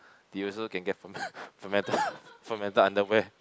you also can get fer~ fermented fermented underwear